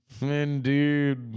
Indeed